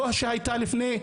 לא שהייתה לפני,